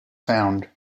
found